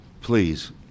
please